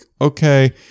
okay